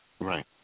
Right